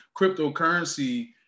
cryptocurrency